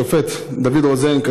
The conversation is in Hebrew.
השופט דוד רוזן,